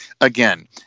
again